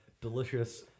delicious